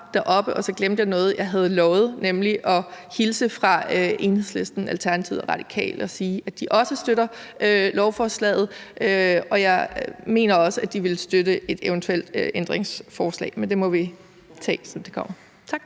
talerstolen, og så glemte jeg at gøre noget, jeg havde lovet, nemlig at hilse fra Enhedslisten, Alternativet og Radikale og sige, at de også støtter lovforslaget. Jeg mener også, at de vil støtte et eventuelt ændringsforslag, men det må vi tage, når vi kommer